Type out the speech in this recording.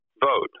vote